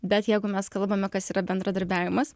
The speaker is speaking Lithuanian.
bet jeigu mes kalbame kas yra bendradarbiavimas